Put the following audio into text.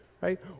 Right